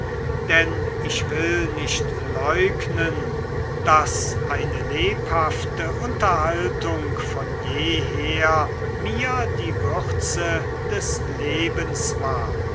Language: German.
denn ich will nicht leugnen daß eine lebhafte unterhaltung von jeher mir die würze des lebens war